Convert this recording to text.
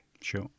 Sure